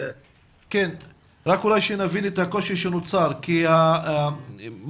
רק שנבין את הקושי שנוצר כי המעונות